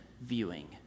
viewing